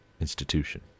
institution